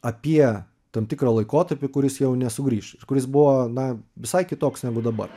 apie tam tikrą laikotarpį kuris jau nesugrįš ir kuris buvo na visai kitoks negu dabar